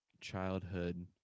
childhood